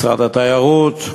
משרד התיירות,